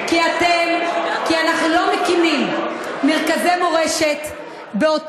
למה את מתנגד למרכז תרבות?